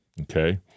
Okay